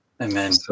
Amen